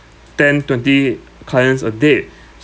ten twenty clients a day